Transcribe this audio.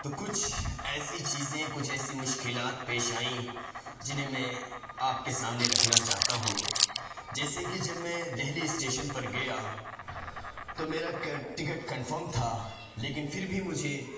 تو کچھ ایسی چیزیں کچھ ایسی مشکلات پیش آئیں جنہیں میں آپ کے سامنے رکھنا چاہتا ہوں جیسے کہ جب میں دہلی اسٹیشن پر گیا تو میرا ٹکٹ کنفرم تھا لیکن پھر بھی مجھے